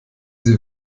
sie